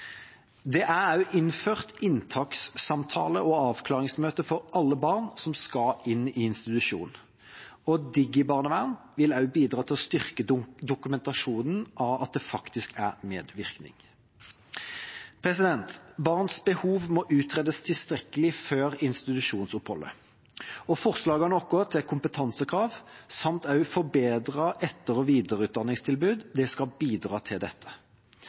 Det er også innført inntakssamtale og avklaringsmøte for alle barn som skal inn i institusjon. DigiBarnevern vil også bidra til å styrke dokumentasjonen av at det faktisk er medvirkning. Barns behov må utredes tilstrekkelig før institusjonsoppholdet. Forslagene våre til kompetansekrav samt forbedret etter- og videreutdanningstilbud skal bidra til dette.